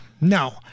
no